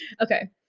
Okay